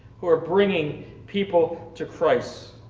who are bringing people to christ.